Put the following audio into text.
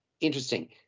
interesting